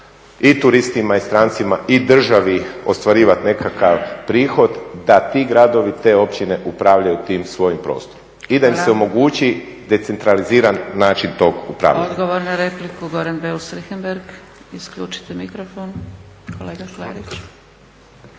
i turistima, i strancima i državi ostvarivati nekakav prihod da ti gradovi, te općine upravljaju tim svojim prostorom i da im se omogući decentraliziran način tog upravljanja.